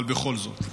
אבל בכל זאת,